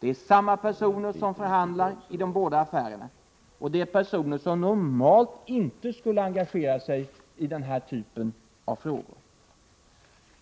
Det är samma personer som förhandlar i de båda affärerna, och det är personer som normalt inte skulle engagera sig i den här typen av frågor.